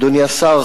אדוני השר,